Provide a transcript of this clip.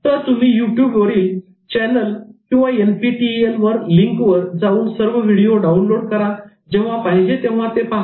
तर तुम्ही वरील यूट्यूब चैनल किंवा 'एनपीटीईएल' लिंक वर जाऊन सर्व व्हिडिओ डाउनलोड लोड करा जेव्हा पाहिजे तेव्हा ते पहा